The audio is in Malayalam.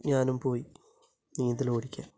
ഞാനും പോയി നീന്തല് പഠിക്കാൻ